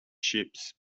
ships